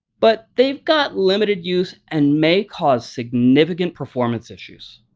but they've got limited use and may cause significant performance issues.